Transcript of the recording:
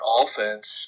offense